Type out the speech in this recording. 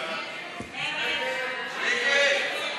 יואל חסון, זוהיר בהלול,